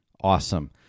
Awesome